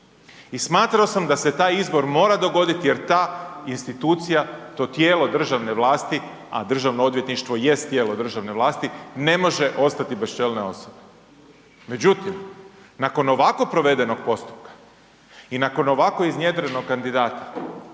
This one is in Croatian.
I smatrao sam da se taj izbor mora dogoditi jer ta institucija to tijelo državne vlasti, a DORH jest tijelo državne vlasti, ne može ostati bez čelne osobe. Međutim, nakon ovako provedenog postupka i nakon ovako iznjedrenog kandidata,